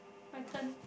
my turn